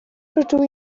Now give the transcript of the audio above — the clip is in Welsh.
rydw